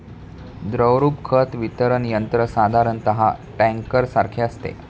द्रवरूप खत वितरण यंत्र साधारणतः टँकरसारखे असते